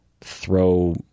throw